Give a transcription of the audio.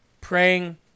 praying